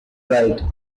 right